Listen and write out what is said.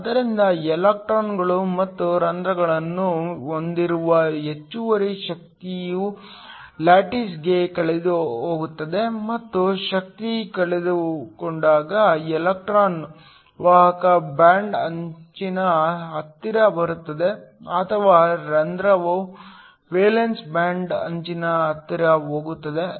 ಆದ್ದರಿಂದ ಎಲೆಕ್ಟ್ರಾನ್ಗಳು ಮತ್ತು ರಂಧ್ರಗಳನ್ನು ಹೊಂದಿರುವ ಹೆಚ್ಚುವರಿ ಶಕ್ತಿಯು ಲ್ಯಾಟಿಸ್ಗೆ ಕಳೆದುಹೋಗುತ್ತದೆ ಮತ್ತು ಶಕ್ತಿ ಕಳೆದುಕೊಂಡಾಗ ಎಲೆಕ್ಟ್ರಾನ್ ವಾಹಕ ಬ್ಯಾಂಡ್ ಅಂಚಿನ ಹತ್ತಿರ ಬರುತ್ತದೆ ಅಥವಾ ರಂಧ್ರವು ವೇಲೆನ್ಸಿ ಬ್ಯಾಂಡ್ ಅಂಚಿನ ಹತ್ತಿರ ಹೋಗುತ್ತದೆ